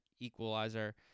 equalizer